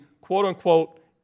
quote-unquote